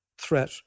threat